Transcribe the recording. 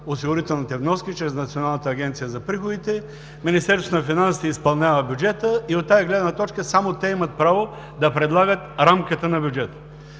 осигурителните вноски чрез Националната агенция за приходите, Министерството на финансите изпълнява бюджета и от тази гледна точка само те имат право да предлагат рамката на бюджета.